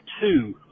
two